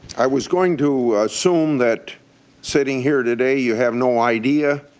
i was going to assume that sitting here today you have no idea,